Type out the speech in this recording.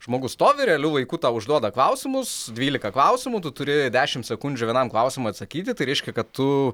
žmogus stovi realiu laiku tau užduoda klausimus dvylika klausimų tu turi dešimt sekundžių vienam klausimui atsakyti tai reiškia kad tu